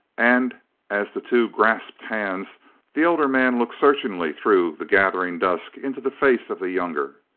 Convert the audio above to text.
and as the two grasped hands the elder man looked searchingly through the gathering dusk into the face of the younger.